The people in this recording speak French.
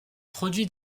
produits